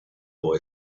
boy